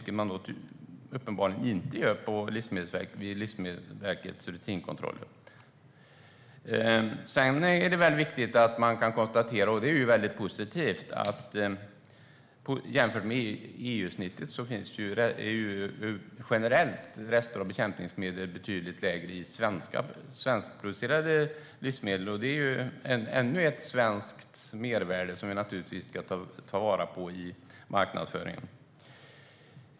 Men det gör uppenbarligen Livsmedelsverket inte vid sina rutinkontroller. Det är positivt att det generellt är betydligt mindre rester av bekämpningsmedel i svenskproducerade livsmedel jämfört med EU-snittet. Det är ännu ett svenskt mervärde som vi givetvis ska ta vara på i marknadsföringen.